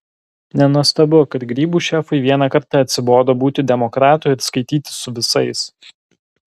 nenuostabu kad grybų šefui vieną kartą atsibodo būti demokratu ir skaitytis su visais